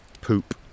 Poop